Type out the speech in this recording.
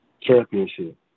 championship